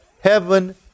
Heaven